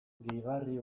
gehigarri